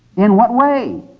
in what way?